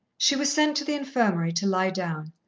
she was sent to the infirmary to lie down,